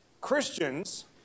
Christians